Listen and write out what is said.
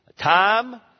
Time